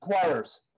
players